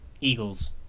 Eagles